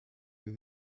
wir